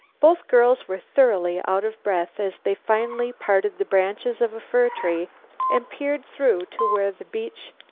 both girls were thoroughly out of breath as they finally parted the branches of a fir tree and peered through to where the beach,